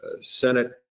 Senate